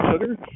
sugar